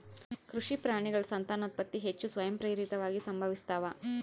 ಕೃಷಿ ಪ್ರಾಣಿಗಳ ಸಂತಾನೋತ್ಪತ್ತಿ ಹೆಚ್ಚು ಸ್ವಯಂಪ್ರೇರಿತವಾಗಿ ಸಂಭವಿಸ್ತಾವ